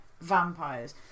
vampires